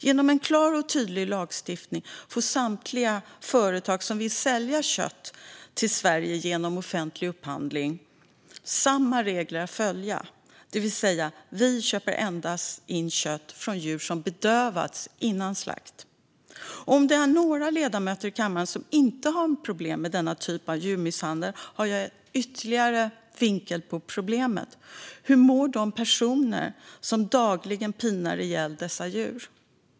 Genom en klar och tydlig lagstiftning får samtliga företag som vill sälja kött till Sverige genom offentlig upphandling samma regler att följa, det vill säga vi köper endast in kött från djur som bedövats före slakt. Om det finns några ledamöter i kammaren som inte har problem med djurmisshandel av detta slag har jag en ytterligare vinkel på problemet: Hur mår de personer som dagligen pinar ihjäl dessa djur?